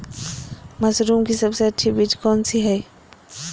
Mushroom की सबसे अच्छी बीज कौन सी है?